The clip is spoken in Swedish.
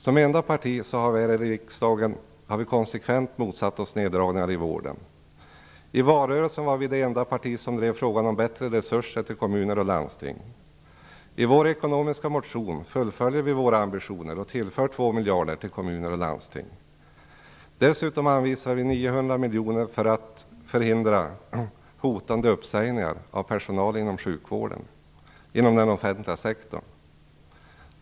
Som enda parti i riksdagen har vi konsekvent motsatt oss neddragningar i vården. I valrörelsen var vi det enda parti som drev frågan om bättre resurser till kommuner och landsting. I vår ekonomiska motion fullföljer vi våra ambitioner och föreslår att 2 Dessutom anvisar vi 900 miljoner kronor för att förhindra hotande uppsägningar av personal inom den offentliga sektorn.